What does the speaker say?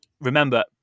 Remember